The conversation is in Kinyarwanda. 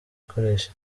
ikoresha